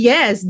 Yes